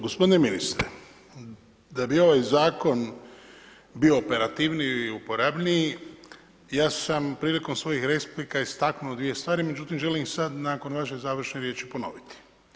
Gospodine ministre, da bi ovaj zakon bio operativniji i uporabniji ja sam prilikom svojih replika istaknuo dvije stvari, međutim želim sada nakon vaše završne riječi ponoviti.